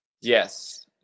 yes